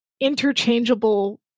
interchangeable